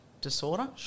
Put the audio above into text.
disorder